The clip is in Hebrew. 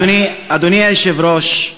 אדוני היושב-ראש,